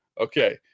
Okay